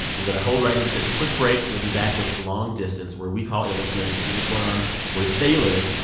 we're going to hold right here to take a quick break. we'll be back with long distance, where we call a listener and see what's going on where they live.